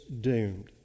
doomed